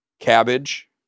cabbage